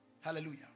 hallelujah